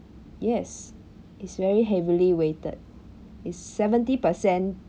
yes it's very heavily weighted it's seventy percent